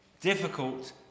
difficult